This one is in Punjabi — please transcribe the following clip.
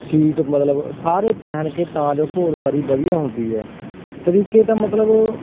ਸੀਟ ਮਤਲਬ ਸਾਰੇ ਪਹਿਨ ਕੇ ਤਾਂ ਜੋ ਘੋੜ ਸਵਾਰੀ ਵਧੀਆ ਹੁੰਦੀ ਆ ਤਰੀਕੇ ਤਾਂ ਮਤਲਬ